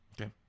Okay